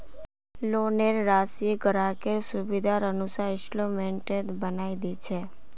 लोनेर राशिक ग्राहकेर सुविधार अनुसार इंस्टॉल्मेंटत बनई दी छेक